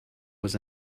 was